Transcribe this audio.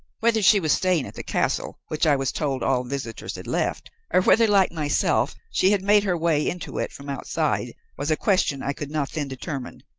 whether she was staying at the castle, which i was told all visitors had left, or whether, like myself, she had made her way into it from outside, was a question i could not then determine,